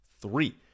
three